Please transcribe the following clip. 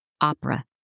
Opera